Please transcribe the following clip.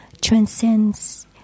transcends